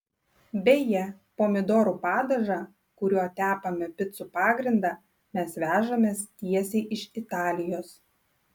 beje pomidorų padažą kuriuo tepame picų pagrindą mes vežamės tiesiai iš italijos